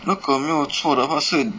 那个没有错的话是